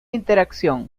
interacción